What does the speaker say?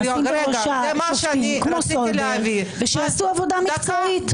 נשים בראשה שופטים כמו סולברג ושיעשו עבודה מקצועית.